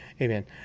Amen